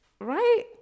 right